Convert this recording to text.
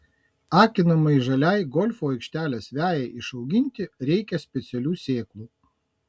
akinamai žaliai golfo aikštės vejai išauginti reikia specialių sėklų